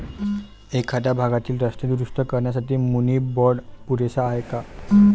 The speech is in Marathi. एखाद्या भागातील रस्ते दुरुस्त करण्यासाठी मुनी बाँड पुरेसा आहे का?